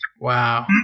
Wow